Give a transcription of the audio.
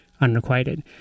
unrequited